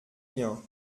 bien